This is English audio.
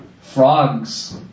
frogs